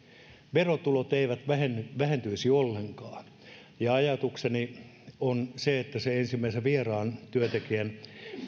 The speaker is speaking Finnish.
verotulot eivät vähentyisi vähentyisi ollenkaan ajatukseni on se että se ensimmäisen vieraan työntekijän